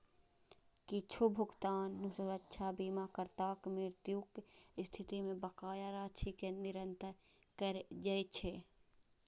किछु भुगतान सुरक्षा बीमाकर्ताक मृत्युक स्थिति मे बकाया राशि कें निरस्त करै दै छै